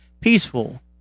peaceful